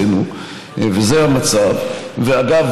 אגב,